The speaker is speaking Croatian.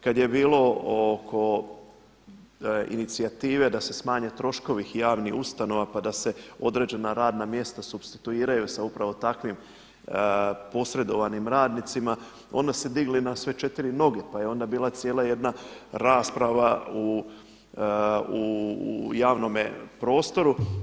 Kada je bilo oko inicijative da se smanje troškovi javnih ustanova pa da se određena radna mjesta supstituiraju sa upravo takvim posredovanim radnicima onda su se digli na sve četiri noge, pa je onda bila cijela jedna rasprava u javnome prostoru.